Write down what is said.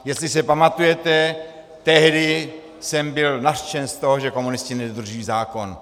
Jestli se pamatujete, tehdy jsem byl nařčen z toho, že komunisti nedodržují zákon.